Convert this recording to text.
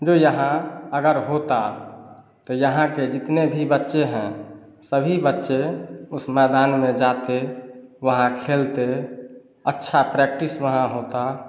जो यहाँ अगर होता तो यहाँ के जितने भी बच्चे हैं सभी बच्चे उस मैदान में जाते वहाँ खेलते अच्छा प्रैक्टिस वहाँ होता